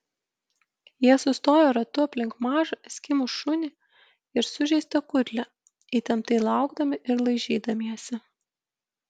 jie sustojo ratu aplink mažą eskimų šunį ir sužeistą kudlę įtemptai laukdami ir laižydamiesi